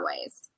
ways